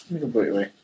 completely